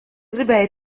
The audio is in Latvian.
gribēju